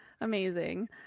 Amazing